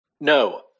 No